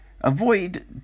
avoid